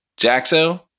Jaxo